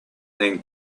than